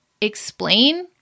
explain